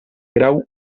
grau